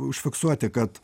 užfiksuoti kad